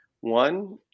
One